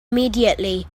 immediately